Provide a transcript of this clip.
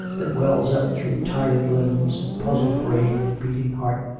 that wells up through tired limbs, and puzzled brain and beating heart,